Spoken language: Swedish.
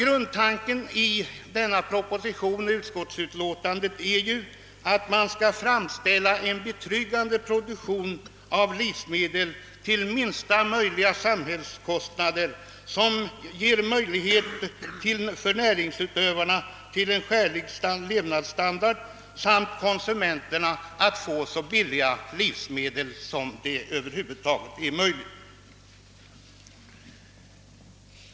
Grundtanken i propositionen och utskottsutlåtandet är, att vi skall ha en betryggande livsmedelsproduktion som medför lägsta möjliga samhällskostnader och som ger näringsutövarna en skälig levnadsstandard och konsumenterna så billiga livsmedel som möjligt.